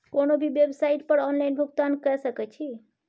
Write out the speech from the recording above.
कोनो भी बेवसाइट पर ऑनलाइन भुगतान कए सकैत छी